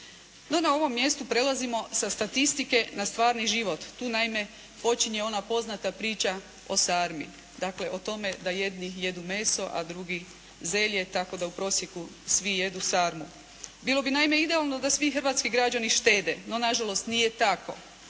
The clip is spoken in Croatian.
Na ovom mjestu prelazimo sa statistike na stvarni život. Tu naime počinje ona poznata priča o sarmi, dakle o tome da jedni jedu meso a drugi zelje tako da u prosjeku svi jedu sarmu. Bilo bi naime idealno da svi hrvatski građani štede, no nažalost nije tako.